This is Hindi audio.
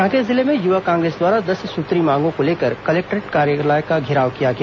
कांकेर जिले में युवा कांग्रेस द्वारा दस सूत्रीय मांगों को लेकर कलेक्टर कार्यालय का घेराव किया गया